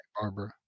Barbara